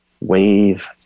wave